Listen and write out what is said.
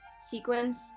sequence